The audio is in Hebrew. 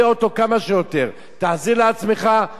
תחזיר לעצמך את הסמכויות,